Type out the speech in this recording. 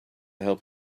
help